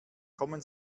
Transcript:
kommen